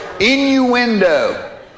innuendo